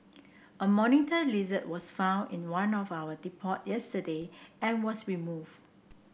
a monitor lizard was found in one of our depot yesterday and was removed